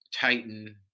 Titan